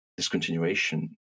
discontinuation